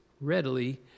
readily